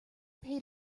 paid